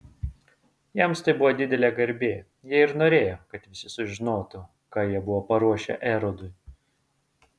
jiems tai buvo didelė garbė jie ir norėjo kad visi sužinotų ką jie buvo paruošę erodui